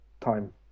time